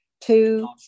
two